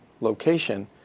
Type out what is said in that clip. Location